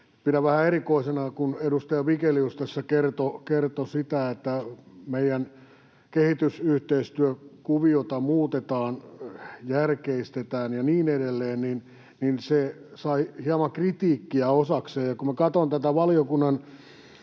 pidän vähän erikoisena, että kun edustaja Vigelius tässä kertoi siitä, että meidän kehitysyhteistyökuviotamme muutetaan, järkeistetään ja niin edelleen, niin se sai hieman kritiikkiä osakseen.